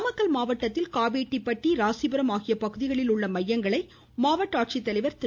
நாமக்கல் மாவட்டத்தில் காவேட்டி பட்டி ராசிபுரம் ஆகிய பகுதிகளில் உள்ள மையங்களை மாவட்ட ஆட்சித்தலைவா் திரு